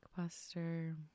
Blockbuster